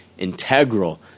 Integral